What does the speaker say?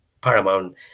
paramount